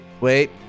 wait